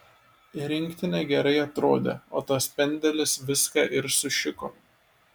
rinktinė gerai atrodė o tas pendelis viską ir sušiko